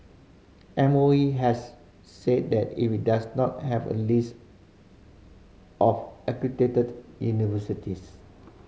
M O E has said that if it does not have a list of accredited universities